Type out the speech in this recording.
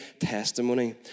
testimony